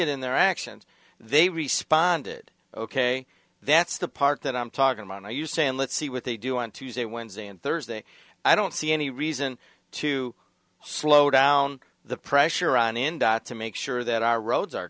it in their actions they responded ok that's the part that i'm talking mine now you say and let's see what they do on tuesday wednesday and thursday i don't see any reason to slow down the pressure on in dot to make sure that our roads are